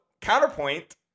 counterpoint